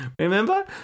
Remember